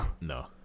No